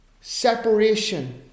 separation